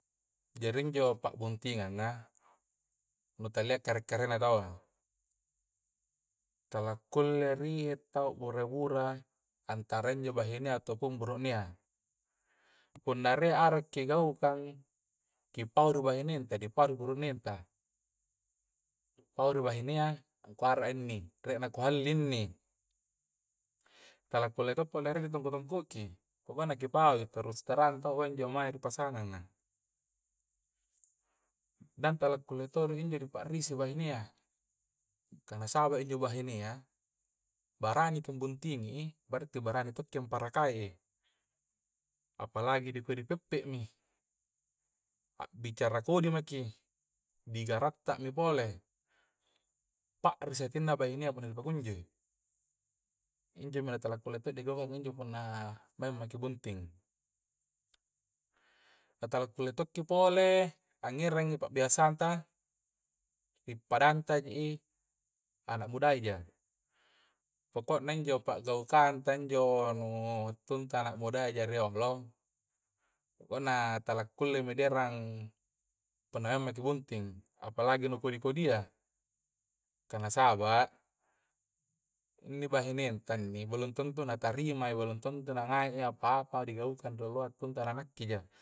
Jari intu pa'buntinganga nutalea kare-karena taua, talla kulle rie tau bura-bura antara injo bahine ya ataupun bura'ne ya, punna a'ra ki kigaukang kipahuki ri bahinengta kipahuki bura'nengta, ri pau bahinea ngangku a'ra inni rie ku halling inni, tala kulle to'pa lerena nu tongko-tongkoki, pokoknya kipaui terus terang taua injo maeng ri pasanganga. na tala kulle todo injo di pa'risi bahineya kah nasawai injo bahineya baraniki buntingi i, pada intu berarti baraniki to intu parakai' i palagi punna kua peppemi a' bicara kodi maki di garatta mi pole pa'risi hatinna bahinenyya punna dipakunjo i' injomi na tala kullei to' i roba punna maengmaki buntting na tala kulle to' ki pole angngerangki pa'biasata i padattangji anak muda ya poko'na injo pagaukang ta njo nu wantutta anak mudaya riolo punna tala kulle mi errang' punna maeng maki buntting palagi nu anu kodi-kodi ya, karna saba' inni bahineta inni balum tentu natarima i balum tantu na ngai apa apa di gaukang riolona wantutta anak-anakki ja.